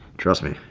trust me,